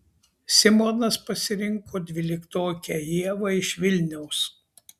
simonas pasirinko dvyliktokę ievą iš vilniaus